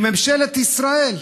עם ממשלת ישראל?